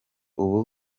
ubu